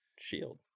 shield